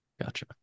gotcha